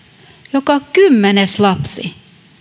joka kymmenes lapsi